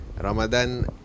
Ramadan